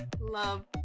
love